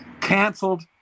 canceled